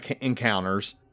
encounters